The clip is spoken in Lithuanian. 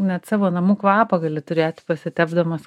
net savo namų kvapą gali turėti pasitepdamas